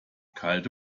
kalte